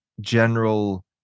general